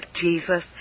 Jesus